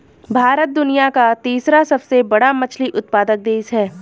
भारत दुनिया का तीसरा सबसे बड़ा मछली उत्पादक देश है